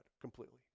completely